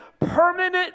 permanent